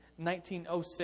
1906